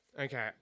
Okay